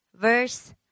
verse